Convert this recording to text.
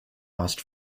lost